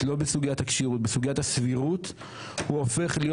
לא בסוגיית הכשירות אלא בסוגיית הסבירות - הוא הופך להיות